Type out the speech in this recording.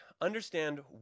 understand